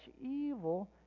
evil